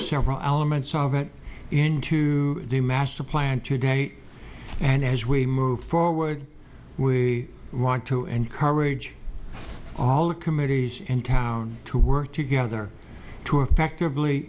several elements of it into the master plan today and as we move forward we want to encourage all the committees in town to work together to effectively